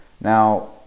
Now